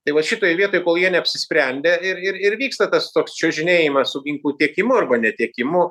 tai vat šitoj vietoj kol jie neapsisprendė ir ir ir vyksta tas toks čiuožinėjimas su ginklų tiekiemu arba netiekimu